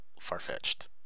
far-fetched